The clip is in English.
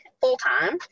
full-time